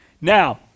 Now